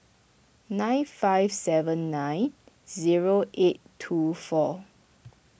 nine five seven nine zero eight two four